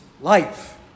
life